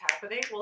happening